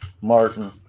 Martin